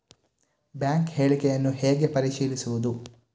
Bank ಹೇಳಿಕೆಯನ್ನು ಹೇಗೆ ಪರಿಶೀಲಿಸುವುದು?